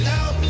out